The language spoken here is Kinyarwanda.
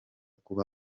kuba